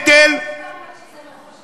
הוא לא אומר שזה לא חשוב, מה שהוא אומר עלינו.